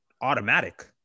automatic